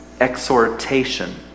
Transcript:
exhortation